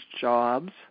jobs